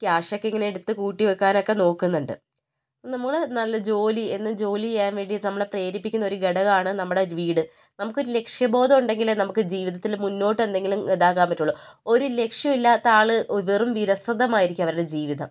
cash ഒക്കെ ഇങ്ങനെ എടുത്തു കൂട്ടി വയ്ക്കാനൊക്കെ നോക്കുന്നുണ്ട് നമ്മൾ നല്ല ജോലി എന്നും ജോലി ചെയ്യാൻ വേണ്ടി നമ്മളെ പ്രേരിപ്പിക്കുന്ന ഒരു ഘടകം ആണ് നമ്മുടെ വീട് നമുക്ക് ഒരു ലക്ഷ്യബോധം ഉണ്ടെങ്കിലേ നമുക്ക് ജീവിതത്തില് മുന്നോട്ട് എന്തെങ്കിലും ഇതാക്കാൻ പറ്റുള്ളൂ ഒരു ലക്ഷ്യം ഇല്ലാത്ത ആൾ വെറും വിരസതമായിരിക്കും അവരുടെ ജീവിതം